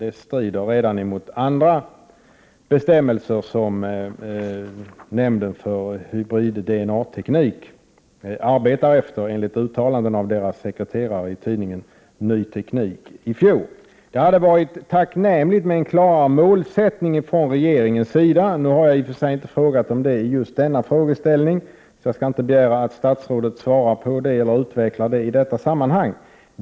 Det strider mot andra bestämmelser som nämnden för hybrid-DNA-teknik arbetar efter, enligt uttalanden av nämndens sekreterare i tidningen Ny Teknik i fjol. Det hade varit tacknämligt med en klarare målsättning från regeringens sida. Nu har jag i och för sig inte frågat om det i just denna fråga, så jag skall inte begära att statsrådet svarar på det eller utvecklar det i detta samman hang.